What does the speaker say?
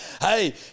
Hey